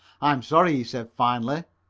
i am sorry, he said finally,